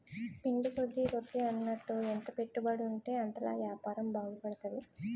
పిండి కొద్ది రొట్టి అన్నట్టు ఎంత పెట్టుబడుంటే అంతలా యాపారం బాగుపడతది